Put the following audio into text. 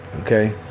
okay